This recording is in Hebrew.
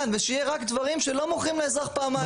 ושיהיה רק דברים שלא מוכרים לאזרח פעמיים.